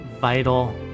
vital